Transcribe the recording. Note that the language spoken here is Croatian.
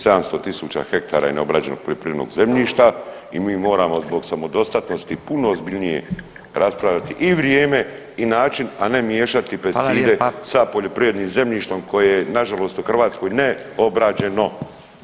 700 000 ha je neobrađenog poljoprivrednog zemljišta i mi moramo zbog samodostatnosti puno ozbiljnije raspravljati i vrijeme i način, a ne miješati pesticide sa poljoprivrednim zemljištem koje je na žalost u Hrvatskoj neobrađeno.